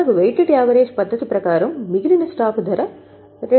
మనకు weighted average పద్ధతి ప్రకారం మిగిలిన స్టాకు ధర రూ